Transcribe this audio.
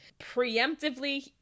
preemptively